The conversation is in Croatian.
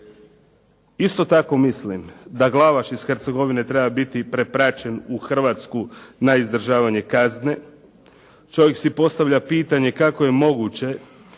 Isto tako mislim da Glavaš iz Hercegovine treba biti prepraćen u Hrvatsku na izdržavanje kazne. Čovjek si postavlja pitanje kako je moguće,